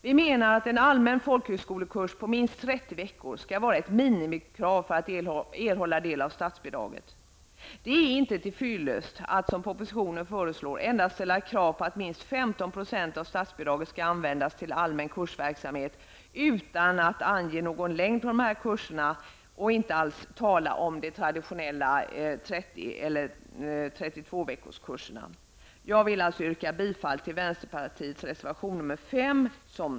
Vi menar att en allmän folkhögskolekurs på minst 30 veckor skall vara ett minimikrav för att erhålla del av statsbidrag. Det är inte till fyllest att, som propositionen föreslår, endast ställa kravet att minst 15 % av statsbidrag skall användas till allmän kursverksamhet utan att ställa krav på att den allmänna kursen skall ha 30 Jag yrkar bifall till vänsterpartiets reservation nr 5.